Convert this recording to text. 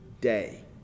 day